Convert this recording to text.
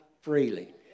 freely